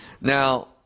Now